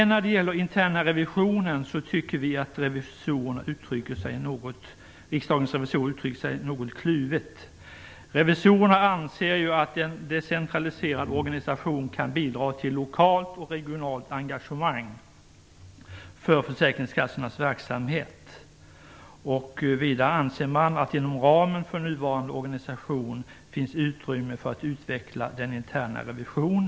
När det gäller den interna revisionen tycker vi att Riksdagens revisorer uttrycker sig något kluvet. Revisorerna anser ju att en decentraliserad organisation kan bidra till lokalt och regionalt engagemang för försäkringskassornas verksamhet. Vidare anser man att det inom ramen för nuvarande organisation finns utrymme för att utveckla den interna revisionen.